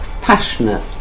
passionate